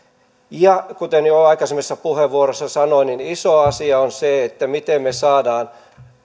kuten jo aikaisemmassa puheenvuorossa sanoin iso asia on se miten me saamme